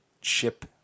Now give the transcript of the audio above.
ship